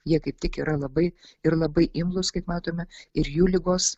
jie kaip tik yra labai ir labai imlūs kaip matome ir jų ligos